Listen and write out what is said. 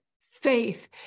faith